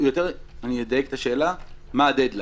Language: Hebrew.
אני אדייק את השאלה: מה הדד ליין?